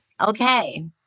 Okay